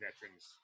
veterans